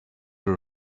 were